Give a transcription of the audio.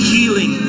Healing